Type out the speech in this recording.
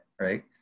right